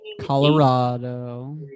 colorado